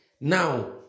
now